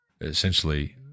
essentially